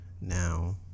now